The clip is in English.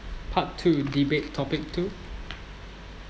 part two debate topic two